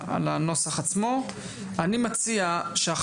אני מציע שלאחר שתגיעו להבנה מסוימת,